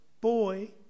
boy